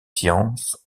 science